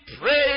pray